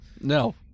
No